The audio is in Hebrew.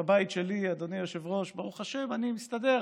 בבית שלי, אדוני היושב-ראש, ברוך השם, אני מסתדר.